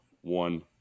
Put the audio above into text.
one